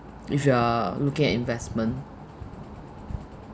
if you are looking at investment